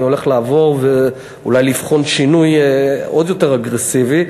אני הולך לעבור ואולי לבחון שינוי עוד יותר אגרסיבי,